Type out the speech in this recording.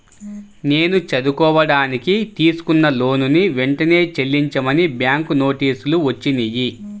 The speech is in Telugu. నేను చదువుకోడానికి తీసుకున్న లోనుని వెంటనే చెల్లించమని బ్యాంకు నోటీసులు వచ్చినియ్యి